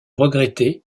regretter